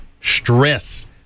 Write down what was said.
stress